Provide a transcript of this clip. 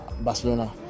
Barcelona